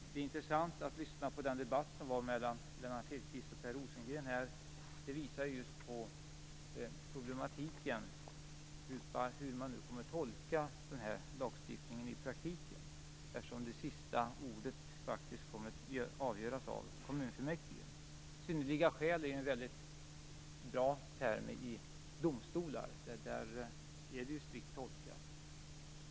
Det var intressant att lyssna på debatten mellan Lennart Hedquist och Per Rosengren. Det visar just på problematiken, hur man nu kommer att tolka lagstiftningen i praktiken, eftersom det slutligen kommer att avgöras av kommunfullmäktige. "Synnerliga skäl" är en bra term i domstolar, där det är strikt tolkat.